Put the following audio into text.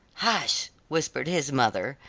hush, whispered his mother,